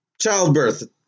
childbirth